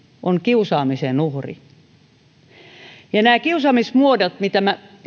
on kiusaamisen uhri kiusaamismuodot mistä minä